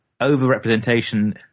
over-representation